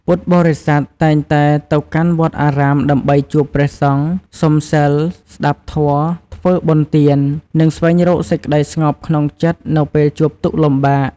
ពុទ្ធបរិស័ទតែងតែទៅកាន់វត្តអារាមដើម្បីជួបព្រះសង្ឃ សុំសីល ស្ដាប់ធម៌ ធ្វើបុណ្យទាន និងស្វែងរកសេចក្តីស្ងប់ក្នុងចិត្តនៅពេលជួបទុក្ខលំបាក។